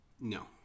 No